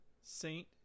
Saint